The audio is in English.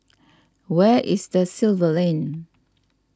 where is Da Silva Lane